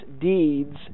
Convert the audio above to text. deeds